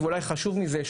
ואולי חשוב מזה,